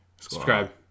Subscribe